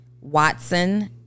Watson